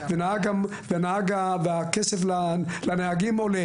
והכסף לנהגים עולה